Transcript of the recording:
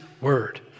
word